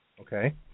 Okay